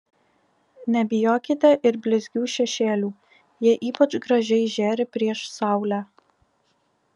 nebijokite ir blizgių šešėlių jie ypač gražiai žėri prieš saulę